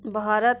Bharat